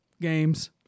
games